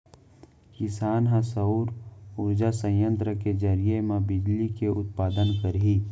किसान ह सउर उरजा संयत्र के जरिए म बिजली के उत्पादन करही